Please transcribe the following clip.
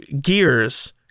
gears